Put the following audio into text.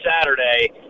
Saturday